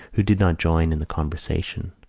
who did not join in the conversation.